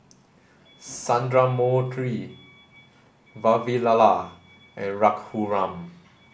Sundramoorthy Vavilala and Raghuram